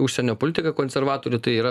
užsienio politiką konservatorių tai yra